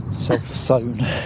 Self-sown